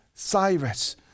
Cyrus